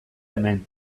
hemen